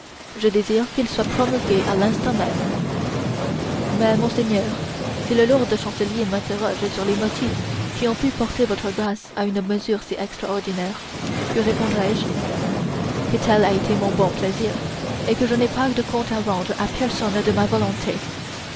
je désire qu'ils soient promulgués à l'instant même mais monseigneur si le lord chancelier m'interroge sur les motifs qui ont pu porter votre grâce à une mesure si extraordinaire que répondrai je que tel a été mon bon plaisir et que je n'ai de compte à rendre à personne de ma volonté